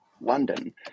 London